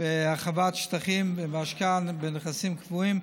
בהרחבת שטחים ובהשקעה בנכסים קבועים,